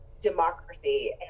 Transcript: democracy